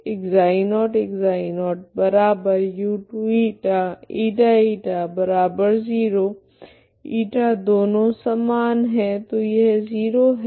तो u2ηξ0ξ0u2ηηη0 eta दोनों समान है तो यह 0 है